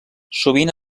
sovint